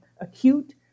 acute